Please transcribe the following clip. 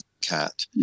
cat